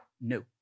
no